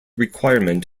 requirement